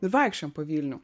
ir vaikščiojom po vilnių